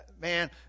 man